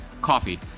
Coffee